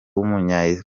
w’umunya